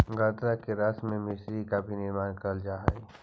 गन्ना के रस से मिश्री का भी निर्माण करल जा हई